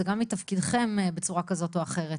זה גם מתפקידכם בצורה כזאת או אחרת.